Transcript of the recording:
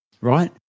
right